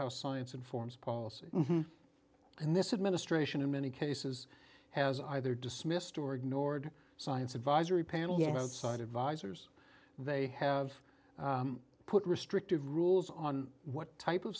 how science informs policy and this administration in many cases has either dismissed or ignored science advisory panel you know side advisors they have put restrictive rules on what type of